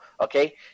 okay